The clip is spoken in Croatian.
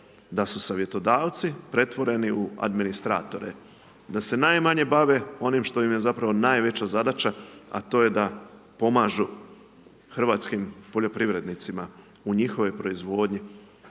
da su savjetodavci pretvoreni u administratore, da se najmanje bave onim što im je zapravo najveća zadaća a to je da pomažu hrvatskim poljoprivrednicima u njihovoj proizvodnji